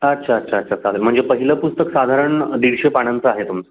अच्छा अच्छा अच्छा चालेल म्हणजे पहिलं पुस्तक साधारण दीडशे पानांचं आहे तुमचं